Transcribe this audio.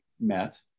met